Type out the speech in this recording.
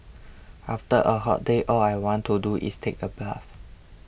after a hot day all I want to do is take a bath